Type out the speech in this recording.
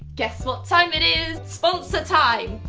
guess what time it is? sponsor time!